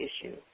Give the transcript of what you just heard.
issue